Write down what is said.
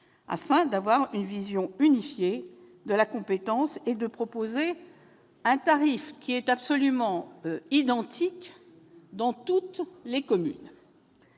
afin d'avoir une vision unifiée de la compétence et de proposer un tarif absolument identique dans toutes les communes.